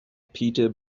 peter